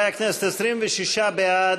חברי הכנסת, 26 בעד,